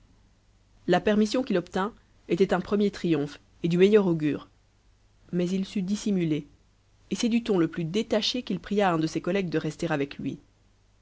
la permission qu'il obtint était un premier triomphe et du meilleur augure mais il sut dissimuler et c'est du ton le plus détaché qu'il pria un de ses collègues de rester avec lui